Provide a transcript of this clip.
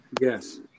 Yes